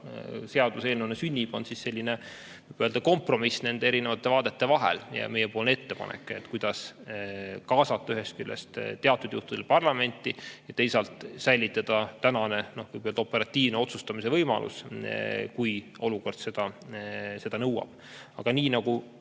seaduseelnõuna sünnib, on kompromiss nende erinevate vaadete vahel ja meiepoolne ettepanek, kuidas ühest küljest kaasata teatud juhtudel parlamenti ja teisalt säilitada tänane operatiivne otsustamisvõimalus, kui olukord seda nõuab. Aga täna